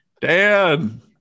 Dan